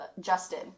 Justin